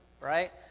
right